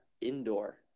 indoor